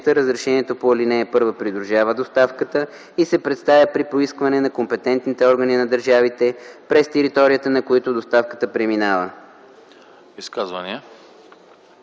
Разрешението по ал. 1 придружава доставката и се представя при поискване от компетентните органи на държавите, през територията на които доставката преминава.”